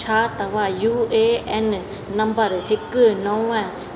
छा तव्हां U A N number हिकु नव